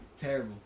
Terrible